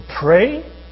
pray